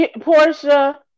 Portia